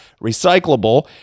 recyclable